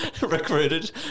recruited